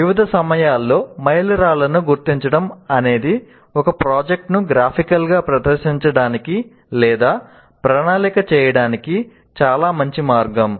వివిధ సమయాల్లో మైలురాళ్లను గుర్తించడం అనేది ఒక ప్రాజెక్ట్ను గ్రాఫికల్గా ప్రదర్శించడానికి లేదా ప్రణాళిక చేయడానికి చాలా మంచి మార్గం